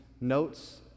notes